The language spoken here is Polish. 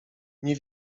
nie